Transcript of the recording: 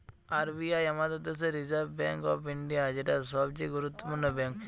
R B I আমাদের দেশের reserve bank of India, যেটা সবচে গুরুত্বপূর্ণ ব্যাঙ্ক